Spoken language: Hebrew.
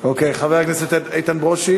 חבר הכנסת איתן ברושי,